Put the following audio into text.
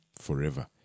forever